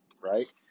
right